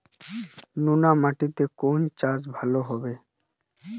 নোনা মাটিতে কোন চাষ ভালো হবে?